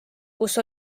kus